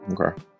Okay